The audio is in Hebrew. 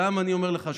גם אני אומר לך,